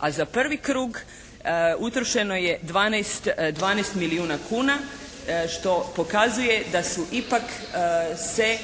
A za prvi krug utrošeno je 12 milijuna kuna što pokazuje da su ipak se